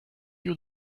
you